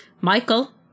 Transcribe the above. Michael